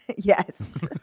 Yes